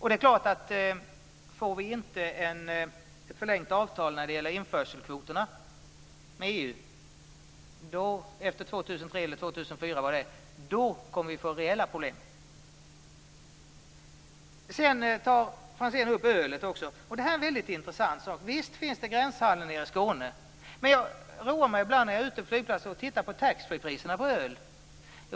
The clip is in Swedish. Det är klart att om vi inte efter 2004 får ett förlängt avtal med EU när det gäller införselkvoterna, kommer vi att få rejäla problem. Sedan tar Franzén upp frågan om ölet också. Det är en väldigt intressant fråga. Visst finns det gränshandel nere i Skåne. När jag är på flygplatser roar jag mig ibland med att titta på taxfree-priserna på öl.